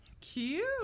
Cute